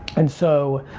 and so,